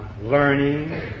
learning